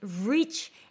rich